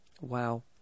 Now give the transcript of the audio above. Wow